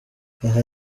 aha